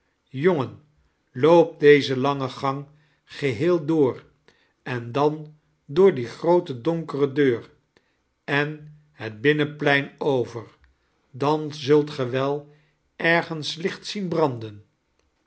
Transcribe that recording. jongen loop deze lange gang geheel door en dan door die groote donkere deur en het binnenplein over dan zult ge wel ergens licht zien branden